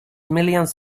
millions